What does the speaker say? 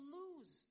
lose